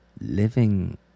living